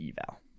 eval